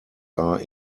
are